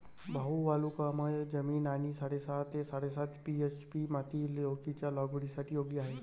भाऊ वालुकामय जमीन आणि साडेसहा ते साडेसात पी.एच.ची माती लौकीच्या लागवडीसाठी योग्य आहे